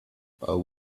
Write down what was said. what